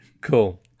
Cool